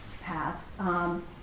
passed